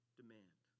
demand